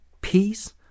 peace